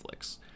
Netflix